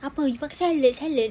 apa makan salad salad